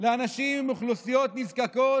לאנשים ולאוכלוסיות נזקקות,